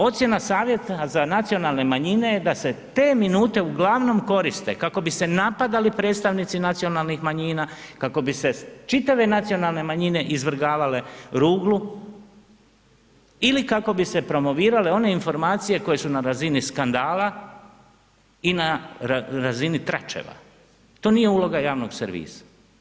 Ocjena savjeta za nacionalne manjine je da se te minute uglavnom koriste kako bi se napadali predstavnici nacionalnih manjina, kako bi se čitave nacionalne manjine izvrgavale ruglu ili kako bi se promovirale one informacije koje su na razini skandala i na razini tračeva, to nije uloga javnog servisa.